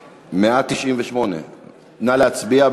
198. (מס' 198). נא להצביע.